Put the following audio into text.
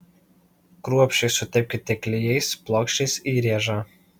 kruopščiai sutepkite klijais plokštės įrėžą